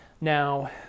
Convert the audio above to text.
Now